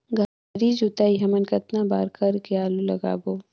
गहरी जोताई हमन कतना बार कर के आलू लगाबो?